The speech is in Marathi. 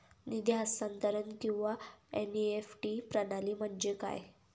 निधी हस्तांतरण किंवा एन.ई.एफ.टी प्रणाली म्हणजे काय?